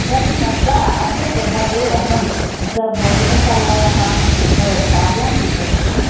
इदानीम् अत्र अद्य प्रभाते अहम् अत्र भोजनशालायाः त चायं पीतवती